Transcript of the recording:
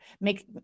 make